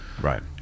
right